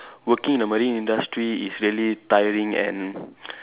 working in the marine industry is really tiring and